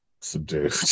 subdued